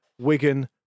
Wigan